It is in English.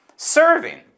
Serving